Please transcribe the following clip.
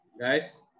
Guys